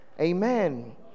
Amen